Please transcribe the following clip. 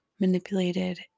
manipulated